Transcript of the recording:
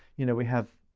you know, we have,